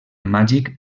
màgic